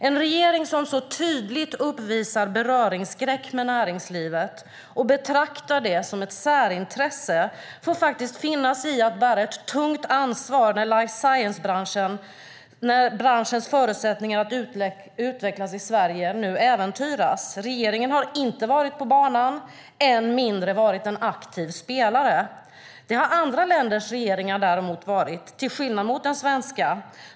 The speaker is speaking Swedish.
En regering som så tydligt uppvisar beröringsskräck med näringslivet och betraktar det som ett särintresse får faktiskt finna sig i att bära ett tungt ansvar när life science-branschens förutsättningar att utvecklas i Sverige nu äventyras. Regeringen har inte varit på banan, än mindre varit en aktiv spelare. Det har andra länders regeringar däremot varit, till skillnad mot den svenska.